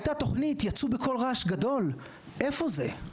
הייתה תוכנית, יצאו בקול רעש גדול, איפה זה?